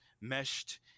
meshed